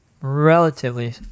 relatively